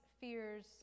fears